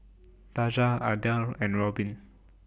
Daja Adel and Robin